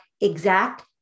exact